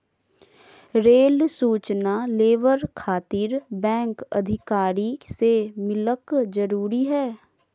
Rail सूचना labour खातिर bank अधिकारी से मिलक जरूरी है?